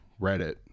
Reddit